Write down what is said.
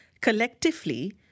collectively